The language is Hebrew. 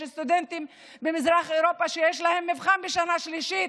יש סטודנטים במזרח אירופה שיש להם מבחן בשנה שלישית,